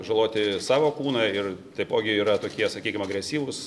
žaloti savo kūną ir taipogi yra tokie sakykim agresyvūs